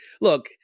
look